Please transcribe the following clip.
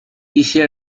一些